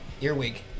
Earwig